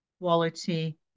quality